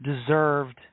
deserved